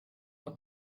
what